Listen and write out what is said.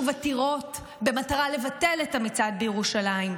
עתירות במטרה לבטל את המצעד בירושלים,